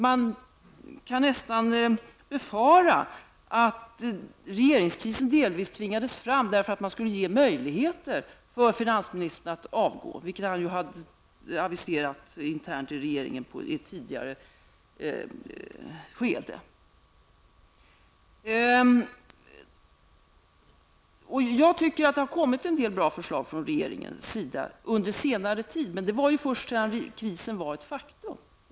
Man kan nästan befara att regeringskrisen delvis tvingades fram därför att man skulle ge finansministern möjlighet att avgå, vilket han hade aviserat internt i regeringen vid ett tidigare skede. Jag tycker att det har kommit en del bra förslag från regeringens sida under senare tid, men först sedan krisen var ett faktum.